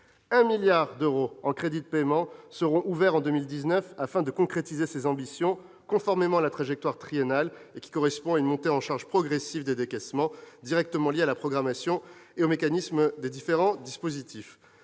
1 milliard d'euros en crédits de paiement seront ouverts en 2019 afin de concrétiser ces ambitions, conformément à la trajectoire triennale, ce qui correspond à une montée en charge progressive des décaissements directement liée à la programmation et aux mécanismes des différents dispositifs.